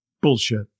Bullshit